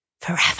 forever